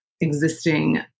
existing